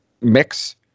mix